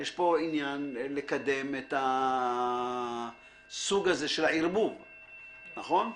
יש פה עניין לקדם את הסוג הזה של הערבוב, נכון?